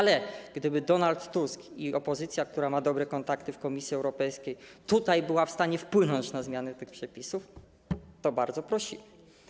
Ale gdyby Donald Tusk i opozycja, która ma dobre kontakty w Komisji Europejskiej, byli w stanie wpłynąć na zmianę tych przepisów, to bardzo prosimy.